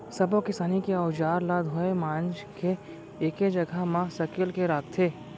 सब्बो किसानी के अउजार ल धोए मांज के एके जघा म सकेल के राखथे